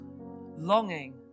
longing